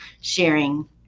sharing